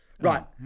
Right